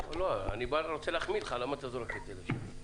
אני רוצה להחמיא לך, למה אתה זורק את זה לאחרים?